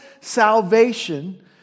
salvation